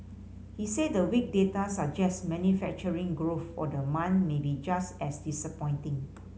he said the weak data suggest manufacturing growth for the month may be just as disappointing